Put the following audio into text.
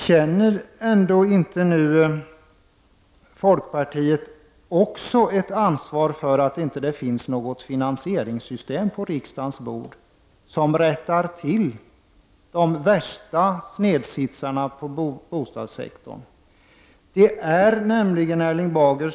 Känner ändå inte även folkpartiet ett ansvar för att det på riksdagens bord inte finns något finansieringssystem som rättar till de värsta snedsitsarna i fråga om bostadssektorn?